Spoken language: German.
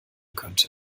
könnte